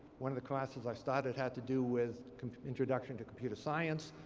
one of the classes i started had to do with introduction to computer science.